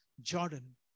Jordan